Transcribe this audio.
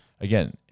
again